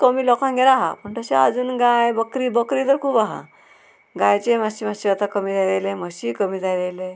कमी लोकांगेर आहा पूण तशें आजून गाय बकरी बकरी तर खूब आहा गायचे मात्शें मात्शें आतां कमी जायत येयलें म्हशी कमी जायत येयलें